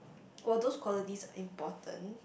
while those qualities are important